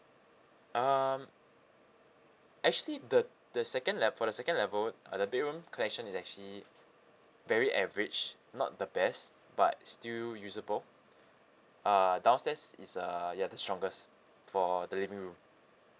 um actually the the second le~ for the second level uh the bedroom connection is actually very average not the best but still usable uh downstairs is uh ya the strongest for the living room